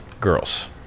girls